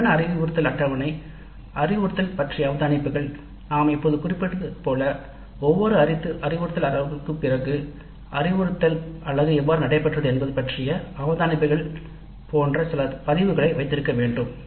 உண்மையான அறிவுறுத்தல் அட்டவணை அறிவுறுத்தல் பற்றிய அவதானிப்புகள் நாம் இப்போது குறிப்பிட்டது போல ஒவ்வொரு அறிவுறுத்தல் அலகுக்கும் பிறகு அறிவுறுத்தல் பிரிவு எவ்வாறு சென்றது என்பது பற்றிய அவதானிப்புகள் போன்ற சில பதிவுகளை வைத்திருக்க வேண்டும்